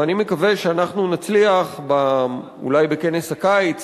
ואני מקווה שאנחנו נצליח אולי בכנס הקיץ